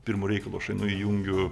pirmu reikalu aš einu įjungiu